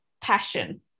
passion